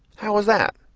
how is that?